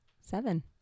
Seven